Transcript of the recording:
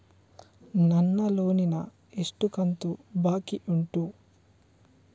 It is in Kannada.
ನನ್ನ ಲೋನಿನ ಎಷ್ಟು ಕಂತು ಬಾಕಿ ಉಂಟು?